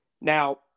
now